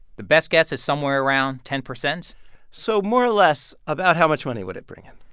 the best guess is somewhere around ten percent so more or less, about how much money would it bring in?